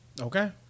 Okay